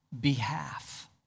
behalf